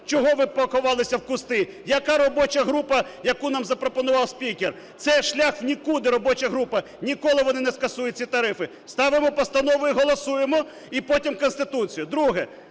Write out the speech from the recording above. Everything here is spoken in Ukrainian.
Чому ви поховалися в кусти? Яка робоча група, яку нам запропонував спікер? Це шлях в нікуди – робоча група, ніколи вони не скасують ці тарифи. Ставимо постанови і голосуємо – і потім Конституція. Друге.